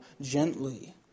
gently